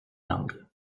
langue